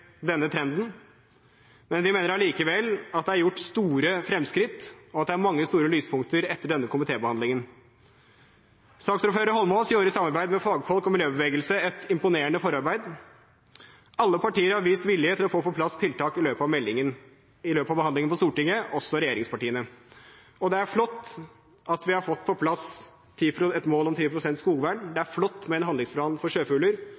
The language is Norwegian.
denne trenden, men vi mener allikevel at det er gjort store fremskritt, og at det er mange lyspunkter etter denne komitébehandlingen. Saksordfører Eidsvoll Holmås har i samarbeid med fagfolk og miljøbevegelse gjort et imponerende forarbeid. Alle partier har i løpet av behandlingen på Stortinget vist vilje til å få på plass tiltak – også regjeringspartiene. Det er flott at vi har fått på plass et mål om vern av 10 pst. av skogen, det er flott med en handlingsplan for sjøfugler,